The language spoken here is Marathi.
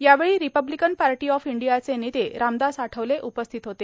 यावेळी रिपब्लिकन पार्टी ऑफ इंडियाचे नेते रामदास आठवले उपस्थित होते